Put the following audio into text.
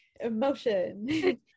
emotion